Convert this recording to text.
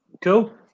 cool